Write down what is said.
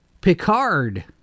Picard